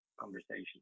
conversation